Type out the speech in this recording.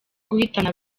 guhitana